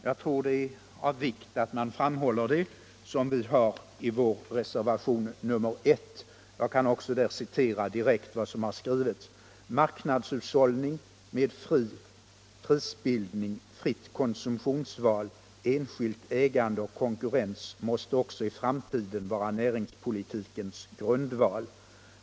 Jag tror det är av vikt att man framhåller detta, vilket vi har gjort i reservationen 1: ”Marknadshushållning med fri prisbildning, fritt konsumtionsval, enskilt ägande och konkurrens måste även i framtiden vara näringspolitikens grundval.